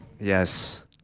Yes